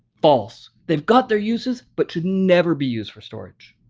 false. they've got their uses but should never be used for storage.